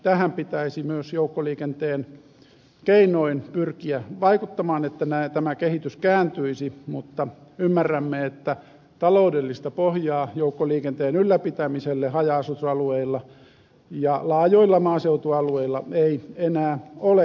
tähän pitäisi myös joukkoliikenteen keinoin pyrkiä vaikuttamaan että tämä kehitys kääntyisi mutta ymmärrämme että taloudellista pohjaa joukkoliikenteen ylläpitämiselle haja asutusalueilla ja laajoilla maaseutualueilla ei enää ole